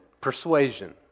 persuasion